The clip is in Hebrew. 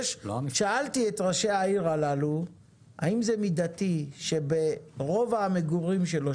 שאלתי את ראשי העיר הללו האם זה מידתי שברובע המגורים שלו,